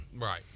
right